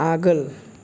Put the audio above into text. आगोल